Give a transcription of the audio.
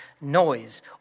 noise